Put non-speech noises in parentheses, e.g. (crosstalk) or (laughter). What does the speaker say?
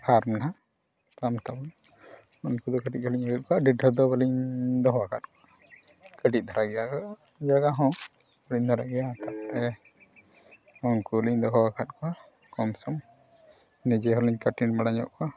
ᱟᱨ ᱱᱟᱦᱟᱜ ᱚᱱᱠᱟ ᱱᱤᱛᱚᱜ ᱩᱱᱠᱩ ᱜᱮ ᱠᱟᱹᱴᱤᱡ ᱜᱟᱱ ᱞᱤᱧ ᱤᱭᱟᱹ ᱠᱟᱜ ᱠᱚᱣᱟ ᱰᱷᱮᱹᱨ ᱰᱷᱮᱹᱨ ᱫᱚ ᱵᱟᱹᱞᱤᱧ ᱫᱚᱦᱚ ᱟᱠᱟᱫ ᱠᱚᱣᱟ ᱠᱟᱹᱴᱤᱡ ᱫᱷᱟᱨᱟ ᱜᱮᱭᱟ ᱡᱟᱭᱜᱟ ᱦᱚᱸ ᱦᱩᱰᱤᱧ ᱫᱷᱟᱨᱟ ᱜᱮᱭᱟ ᱛᱟᱨᱯᱚᱨᱮ ᱩᱱᱠᱩ ᱞᱤᱧ ᱫᱚᱦᱚ ᱟᱠᱟᱫ ᱠᱚᱣᱟ ᱠᱚᱢ ᱥᱚᱢ ᱱᱤᱡᱮ ᱦᱚᱸᱞᱤᱧ (unintelligible) ᱵᱟᱲᱟ ᱧᱚᱜ ᱠᱚᱣᱟ